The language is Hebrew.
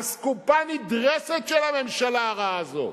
אסקופה נדרסת של הממשלה הרעה הזאת.